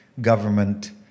government